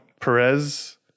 Perez